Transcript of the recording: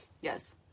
Yes